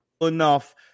enough